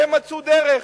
והם מצאו דרך,